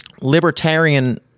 libertarian